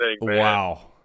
wow